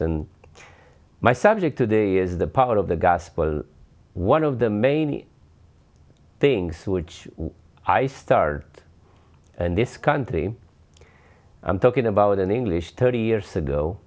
and my subject today is the power of the gospel one of the main things which i star in this country i'm talking about in english thirty years ago